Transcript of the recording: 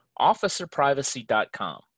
OfficerPrivacy.com